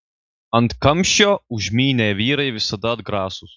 ant kamščio užmynę vyrai visada atgrasūs